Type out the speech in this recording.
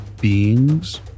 beings